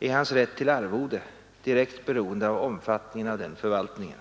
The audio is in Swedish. är hans rätt till arvode direkt beroende av omfattningen av denna förvaltning.